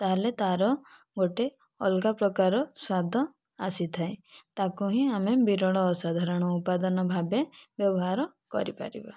ତାହେଲେ ତାର ଗୋଟିଏ ଅଲଗା ପ୍ରକାର ସ୍ଵାଦ ଆସିଥାଏ ତାକୁ ହିଁ ଆମେ ବିରଳ ଆସାଧାରଣ ଉପାଦାନ ଭାବେ ବ୍ୟବହାର କରିପାରିବା